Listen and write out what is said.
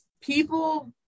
people